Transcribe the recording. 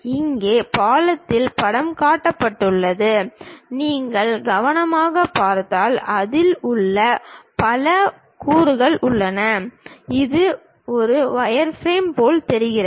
இங்கே பாலத்தின் படம் காட்டப்பட்டுள்ளது நீங்கள் கவனமாகப் பார்த்தால் அதில் பல வரி கூறுகள் உள்ளன இது ஒரு வயர்ஃப்ரேம் போல் தெரிகிறது